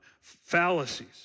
fallacies